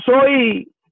soy